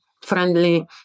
friendly